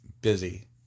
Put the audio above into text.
Busy